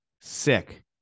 sick